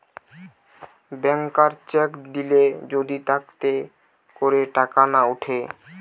ব্যাংকার cheque দিলে যদি তাতে করে টাকা না উঠে